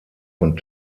von